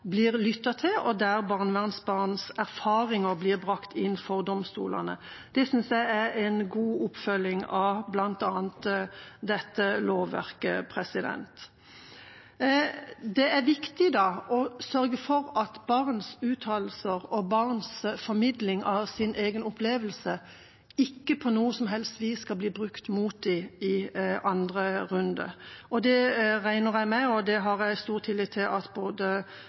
blir lyttet til, og der barnevernsbarns erfaringer blir brakt inn for domstolene. Det synes jeg er en god oppfølging av bl.a. dette lovverket. Det er viktig å sørge for at barns uttalelser og barns formidling av sin egen opplevelse ikke på noe som helst vis skal bli brukt mot dem i andre runde. Det regner jeg med og har stor tillit til at